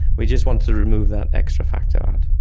we just wanted to remove that extra factor out.